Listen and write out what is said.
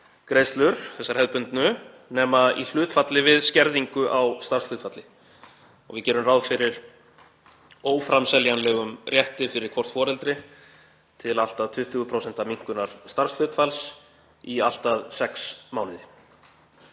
þessar hefðbundnu, nema í hlutfalli við skerðingu á starfshlutfalli. Við gerum ráð fyrir óframseljanlegum rétti fyrir hvort foreldri til allt að 20% minnkunar starfshlutfalls í allt að sex mánuði.